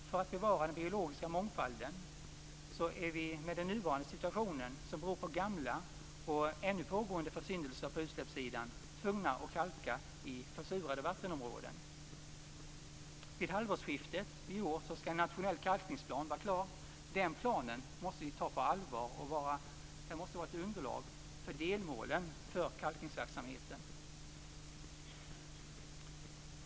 För att bevara den biologiska mångfalden är vi med den nuvarande situationen, som beror på gamla och ännu pågående försyndelser på utsläppssidan, tvungna att kalka i försurade vattenområden. Vid halvårsskiftet i år skall en nationell kalkningsplan vara klar. Den planen måste vi ta på allvar, och den måste vara ett underlag för delmålen för kalkningsverksamheten.